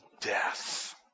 death